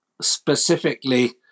specifically